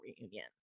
reunion